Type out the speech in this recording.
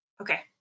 Okay